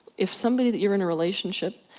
if somebody that you're in a relationship.